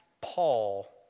Paul